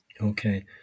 okay